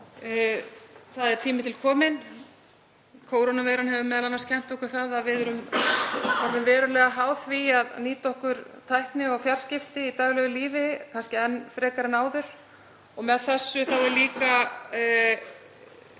það er tími til kominn. Kórónuveiran hefur m.a. kennt okkur að við erum orðin verulega háð því að nýta okkur tækni og fjarskipti í daglegu lífi, kannski enn frekar en áður. Með þessu er líka